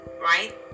right